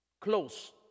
close